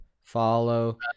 follow